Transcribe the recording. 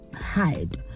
hide